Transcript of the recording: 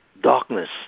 darkness